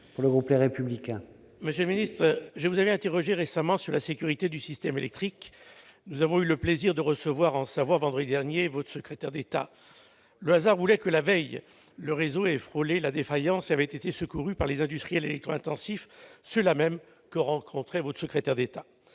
à M. Jean-Pierre Vial. Monsieur le ministre d'État, je vous ai récemment interrogé sur la sécurité du système électrique. Nous avons eu le plaisir de recevoir en Savoie, vendredi dernier, votre secrétaire d'État. Le hasard a voulu que, la veille, le réseau ait frôlé la défaillance et ait été secouru par les industriels électro-intensifs, ceux-là mêmes que rencontrait votre secrétaire d'État.